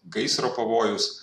gaisro pavojus